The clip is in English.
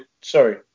sorry